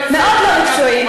מאוד לא מקצועי.